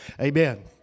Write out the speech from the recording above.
Amen